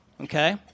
okay